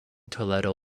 toledo